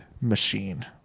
machine